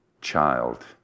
Child